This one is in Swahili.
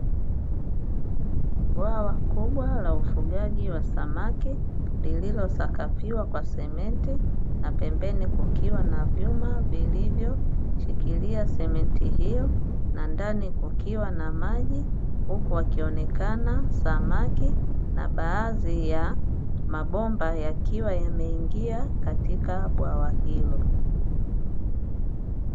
Bwawa kubwa la ufugaji wa samaki lililosakafiwa kwa simenti, na pembeni kukiwa na vyuma vilivyoshikilia simenti hiyo na ndani kukiwa na maji. Huku wakionekana samaki na baadhi ya mabomba yakiwa yameingia katika bwawa hilo.